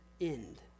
end